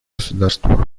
государствах